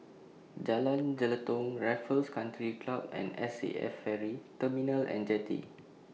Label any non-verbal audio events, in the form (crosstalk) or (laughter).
Jalan Jelutong Raffles Country Club and S A F Ferry (noise) Terminal and Jetty